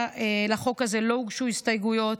לחוק הזה לא הוגשו הסתייגויות.